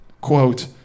quote